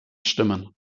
stimmen